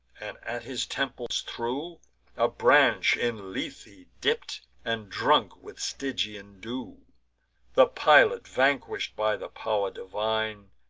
and at his temples threw a branch in lethe dipp'd, and drunk with stygian dew the pilot, vanquish'd by the pow'r divine,